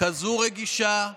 רגישה כזאת,